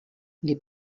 les